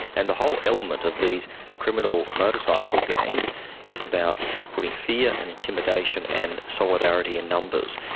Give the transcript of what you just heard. and the whole element of these criminal motorcycle gangs is about putting fear and intimidation and solidarity in numbers,